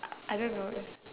I don't know